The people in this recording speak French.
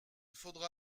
faudra